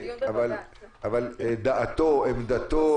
דעתו, עמדתו